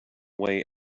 way